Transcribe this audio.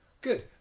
good